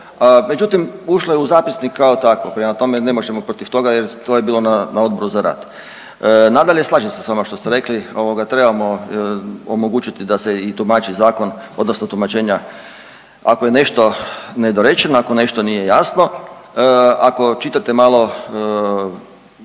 Međutim, ušlo je u zapisnik kao takvo, prema tome, ne možemo protiv toga jer to je bilo na Odboru za rad. Nadalje, slažem se s vama što ste rekli, ovoga, trebamo omogućiti da se i tumači zakon, odnosno tumačenja ako je nešto nedorečeno, ako nešto nije jasno, ako čitate malo